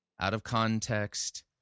out-of-context